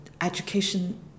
education